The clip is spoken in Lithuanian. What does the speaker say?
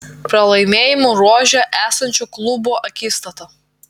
pralaimėjimų ruože esančių klubų akistata